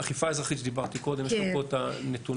אכיפה אזרחית שדיברתי קודם, יש לנו פה את הנתונים.